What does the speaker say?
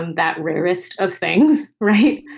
um that rarest of things, right,